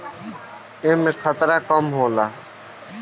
एमे खतरा कम होला